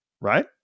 Right